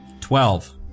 Twelve